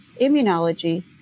immunology